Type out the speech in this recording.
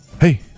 Hey